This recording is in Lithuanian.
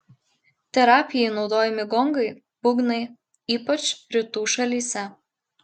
terapijai naudojami gongai būgnai ypač rytų šalyse